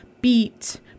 BEAT